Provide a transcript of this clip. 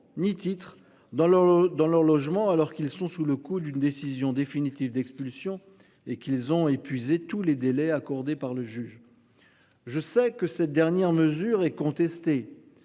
dans leur, dans leur logement alors qu'ils sont sous le coup d'une décision définitive d'expulsion et qu'ils ont épuisé tous les délais accordés par le juge. Je sais que cette dernière mesure est contestée.